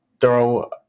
throw